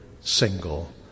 single